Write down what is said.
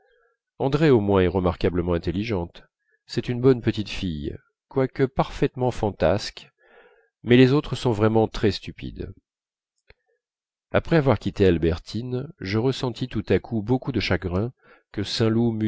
andrée au moins est remarquablement intelligente c'est une bonne petite fille quoique parfaitement fantasque mais les autres sont vraiment très stupides après avoir quitté albertine je ressentis tout à coup beaucoup de chagrin que saint loup